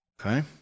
Okay